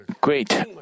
great